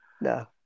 No